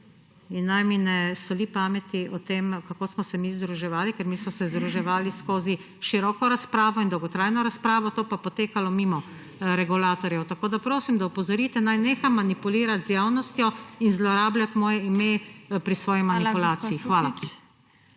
in naj mi ne soli pameti o tem, kako smo se mi združevali, ker mi smo se združevali skozi široko razpravo in dolgotrajno razpravo, to pa je potekalo mimo regulatorjev. Prosim da ga opozorite, naj neha manipulirati z javnostjo in zlorabljati moje ime pri svoji manipulaciji.